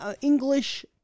English